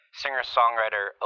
singer-songwriter